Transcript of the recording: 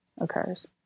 occurs